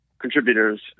contributors